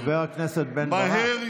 (חבר הכנסת משה ארבל יוצא מאולם המליאה.)